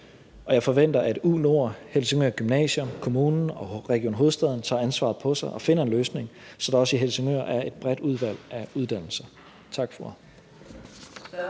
og jeg forventer, at U/NORD, Helsingør Gymnasium, Helsingør Kommune og Region Hovedstaden tager ansvaret på sig og finder en løsning, så der også i Helsingør er et bredt udvalg af uddannelser. Tak for